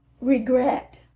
regret